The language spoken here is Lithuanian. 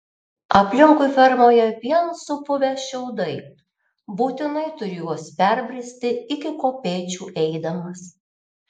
aplinkui fermoje vien supuvę šiaudai būtinai turi juos perbristi iki kopėčių eidamas